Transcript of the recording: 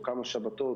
או כמה שבתות,